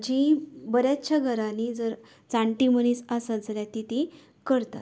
जी बऱ्याचश्या घरांनी जर जाणटी मनीस आसत जाल्यार ती ती करतात